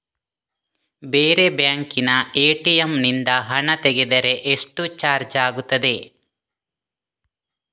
ಬೇರೆ ಬ್ಯಾಂಕಿನ ಎ.ಟಿ.ಎಂ ನಿಂದ ಹಣ ತೆಗೆದರೆ ಎಷ್ಟು ಚಾರ್ಜ್ ಆಗುತ್ತದೆ?